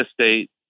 state